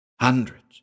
Hundreds